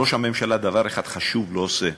ראש הממשלה דבר אחד חשוב לא עושה.